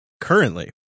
Currently